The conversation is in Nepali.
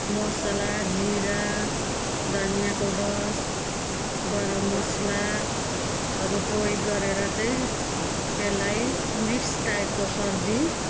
मसाला जिरा धनियाँको डस्ट गरम मसालाहरू प्रयोग गरेर चाहिँ त्यसलाई